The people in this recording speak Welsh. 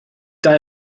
dau